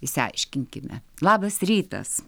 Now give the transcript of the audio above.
išsiaiškinkime labas rytas